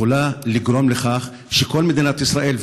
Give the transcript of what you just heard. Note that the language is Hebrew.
יכולה לגרום לכך שכל מדינת ישראל,